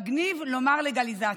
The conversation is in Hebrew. מגניב לומר לגליזציה,